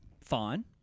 fine